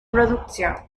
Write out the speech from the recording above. productions